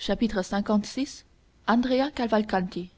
lvi andrea cavalcanti